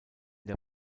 der